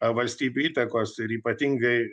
valstybių įtakos ir ypatingai